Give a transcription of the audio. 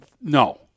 No